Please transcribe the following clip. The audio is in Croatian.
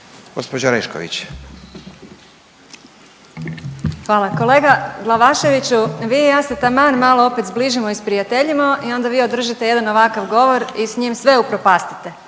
imenom i prezimenom)** Kolega Glavaševiću, vi i ja se taman malo opet zbližimo i sprijateljimo i onda vi održite jedan ovakav govor i s njim sve upropastite.